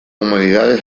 humanidades